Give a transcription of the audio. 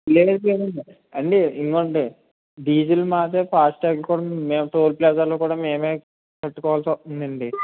లేదు లేదు అండి అండి ఇదిగోండి డీజిల్ మాదే ఫాస్ట్ట్యాగ్ కూడా మేము టోల్ ప్లాజాలో కూడా మేమే కట్టుకోవాల్సి వస్తుందండి